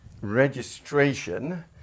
Registration